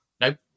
Nope